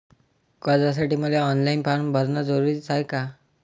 कर्जासाठी मले online form भरन जरुरीच हाय का?